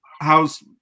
how's